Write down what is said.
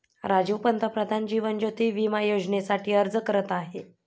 राजीव पंतप्रधान जीवन ज्योती विमा योजनेसाठी अर्ज करत आहे